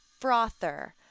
frother